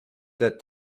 that